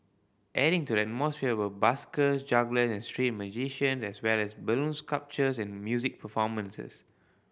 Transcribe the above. adding to the atmosphere were busker juggler and street magician as well as balloon sculptures and music performances